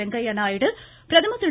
வெங்கைய்யா நாயிடு பிரதமர் திரு